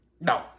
No